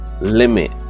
limit